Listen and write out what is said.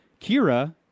Kira